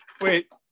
wait